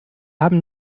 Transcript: haben